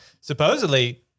Supposedly